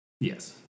yes